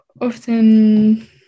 often